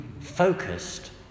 focused